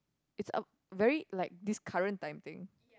it's a very like this current time thing